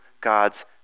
God's